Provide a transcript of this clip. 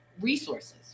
resources